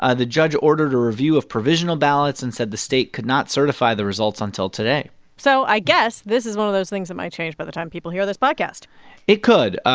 ah the judge ordered a review of provisional ballots and said the state could not certify the results until today so i guess this is one of those things that might change by the time people hear this podcast it could.